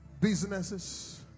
businesses